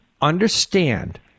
understand